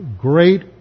great